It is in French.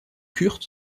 kurt